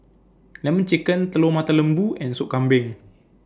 Lemon Chicken Telur Mata Lembu and Soup Kambing